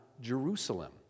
Jerusalem